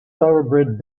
thoroughbred